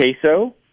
queso